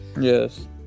Yes